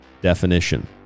definition